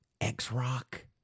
X-Rock